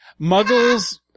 Muggles